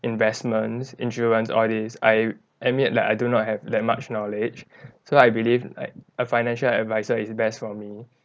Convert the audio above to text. investments insurance all these I admit that I do not have that much knowledge so I believe like a financial adviser is best for me